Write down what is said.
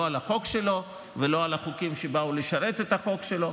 לא על החוק שלו ולא על החוקים שבאו לשרת את החוק שלו.